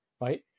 right